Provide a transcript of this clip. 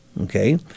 Okay